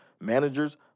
managers